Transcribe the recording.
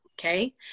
Okay